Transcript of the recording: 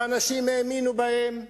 שאנשים האמינו בהם,